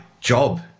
job